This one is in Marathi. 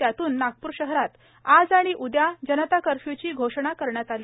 त्यातून नागपूर शहरात आज आणि उदया जनता कर्फ्य्ची घोषणा करण्यात आली